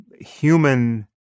human